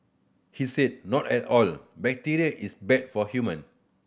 he said not at all bacteria is bad for human